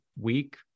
week